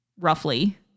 roughly